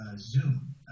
Zoom